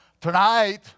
Tonight